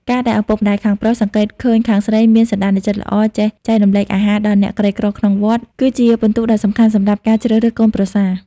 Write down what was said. ការដែលឪពុកម្ដាយខាងប្រុសសង្កេតឃើញខាងស្រីមានសន្តានចិត្តល្អ ចេះចែករំលែកអាហារដល់អ្នកក្រីក្រក្នុងវត្ត គឺជាពិន្ទុដ៏សំខាន់សម្រាប់ការជ្រើសរើសកូនប្រសា។